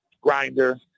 grinder